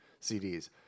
CDs